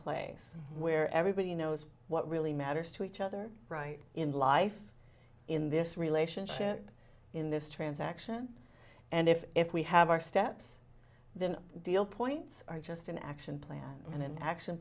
place where everybody knows what really matters to each other right in life in this relationship in this transaction and if if we have our steps then deal points are just an action plan and an action